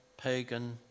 pagan